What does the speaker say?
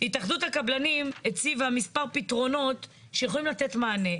התאחדות הקבלנים הציגה מספר פתרונות שיכולים לתת מענה.